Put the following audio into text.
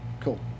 Cool